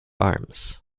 arms